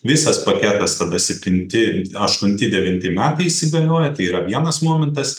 visas paketas tada septinti aštunti devinti metai įsigalioja tai yra vienas momentas